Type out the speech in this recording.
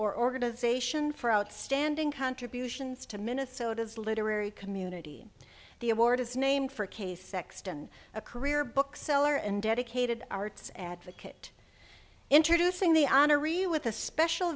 or organization for outstanding contributions to minnesota's literary community the award is named for kay sexton a career bookseller and dedicated arts advocate introducing the honoree with a special